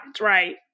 right